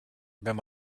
wenn